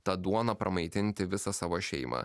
ta duona pramaitinti visą savo šeimą